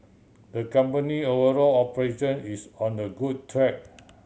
the company overall operation is on the good track